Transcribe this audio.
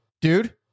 dude